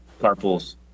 carpools